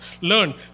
learn